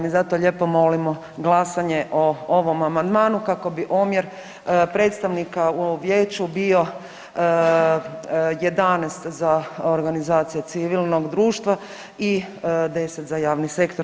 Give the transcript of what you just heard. I zato lijepo molimo glasanje o ovom amandmanu kako bi omjer predstavnika u vijeću bio 11 za Organizaciju civilnog društva i 10 za javni sektor.